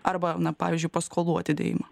arba na pavyzdžiui paskolų atidėjimą